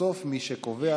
ובסוף מי שקובע